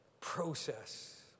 process